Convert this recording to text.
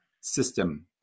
system